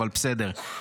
אבל בסדר.